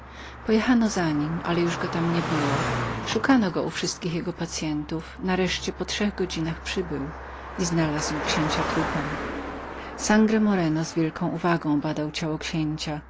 pojechano za nim ale już go tam nie było szukano go u wszystkich jego pacyentów nareszcie we trzy godziny przybył i znalazł księcia trupem sangro moreno z wielką uwagą zastanawiał się nad ciałem księcia